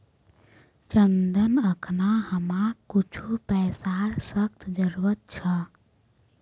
चंदन अखना हमाक कुछू पैसार सख्त जरूरत छ